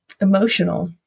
emotional